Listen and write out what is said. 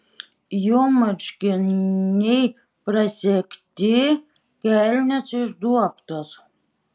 jo marškiniai prasegti kelnės išduobtos